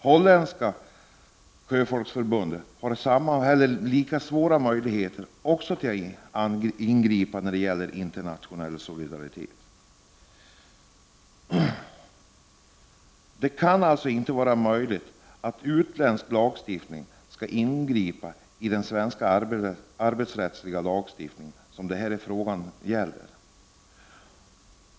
Holländska sjöfolksförbundet har också lika små möjligheter när det gäller internationell solidaritet. Jag anser därför att det inte skall vara möjligt att utländsk lagstiftning skall kunna påverka den svenska arbetsrättsliga lagstiftning som denna fråga gäller.